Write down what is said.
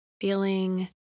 feeling